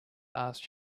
asked